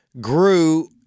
grew